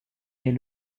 est